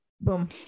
Boom